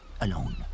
alone